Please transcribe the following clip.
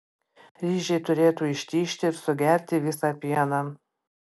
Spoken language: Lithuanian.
ryžiai turėtų ištižti ir sugerti visą pieną